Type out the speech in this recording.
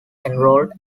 enrolled